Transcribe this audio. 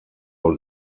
und